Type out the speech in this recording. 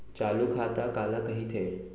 चालू खाता काला कहिथे?